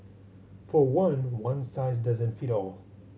for one one size doesn't fit all